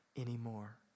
anymore